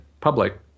public